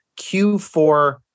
Q4